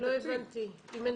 כן, לא הבנתי.